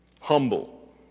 Humble